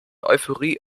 euphorie